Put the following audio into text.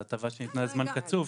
זו הטבה שניתנה לזמן קצוב,